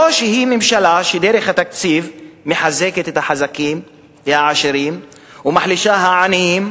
או שהיא ממשלה שדרך התקציב מחזקת את החזקים והעשירים ומחלישה את העניים?